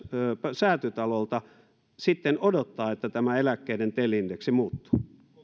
säätytalolta sitten odottaa että tämä eläkkeiden tel indeksi muuttuu